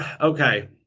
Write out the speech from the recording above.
okay